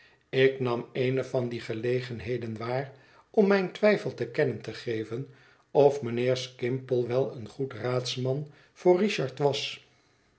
ik nam eene van die gelegenheden waar om mijn twijfel te kennen te geven of mijnheer skimpole wel een goed raadsman voor richard was